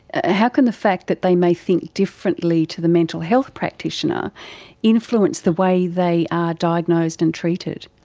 ah how can the fact that they may think differently to the mental health practitioner influence the way they are diagnosed and treated?